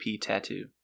tattoo